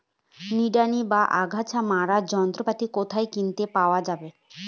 নিড়ানি বা আগাছা মারার যন্ত্রপাতি কোথায় কিনতে পাওয়া যাবে?